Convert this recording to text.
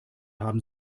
haben